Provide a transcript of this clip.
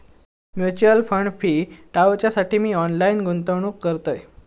mutual fund fee टाळूच्यासाठी मी online गुंतवणूक करतय